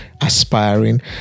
aspiring